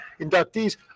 inductees